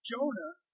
Jonah